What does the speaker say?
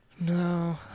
No